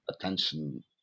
attention